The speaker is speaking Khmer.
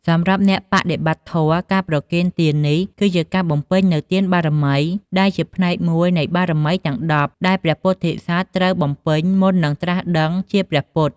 សម្រាប់អ្នកបដិបត្តិធម៌ ការប្រគេនទាននេះគឺជាការបំពេញនូវទានបារមី ដែលជាផ្នែកមួយនៃបារមីទាំង ១០ ដែលព្រះពោធិសត្វត្រូវបំពេញមុននឹងត្រាស់ដឹងជាព្រះពុទ្ធ។